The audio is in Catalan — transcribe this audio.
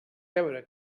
veure